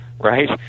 Right